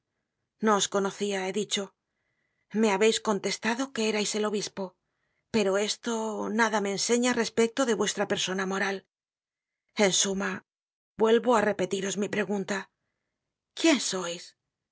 no os conocia he dicho me habeis contestado que erais el obispo pero esto nada me enseña respecto de vuestra persona moral en suma vuelvo á repetiros mi pregunta quién sois